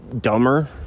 dumber